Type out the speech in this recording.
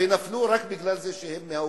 והם נפלו רק בגלל זה שהם מהאופוזיציה,